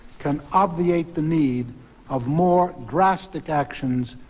can obviate the need of more drastic actions,